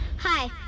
Hi